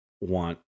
want